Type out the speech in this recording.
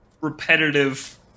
repetitive